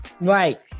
Right